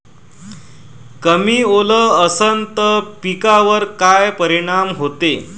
कमी ओल असनं त पिकावर काय परिनाम होते?